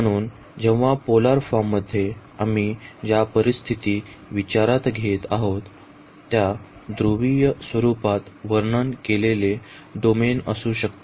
म्हणून जेव्हा पोलार फॉर्मसाठी आम्ही ज्या परिस्थिती विचारात घेत आहोत त्या ध्रुवीय स्वरुपात वर्णन केलेले डोमेन असू शकते